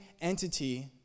entity